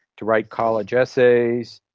to write college essays,